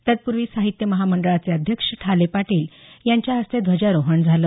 तत्पुर्वी साहित्य महामंडळाचे अध्यक्ष ठाले पाटील यांच्या हस्ते ध्वजारोहन झालं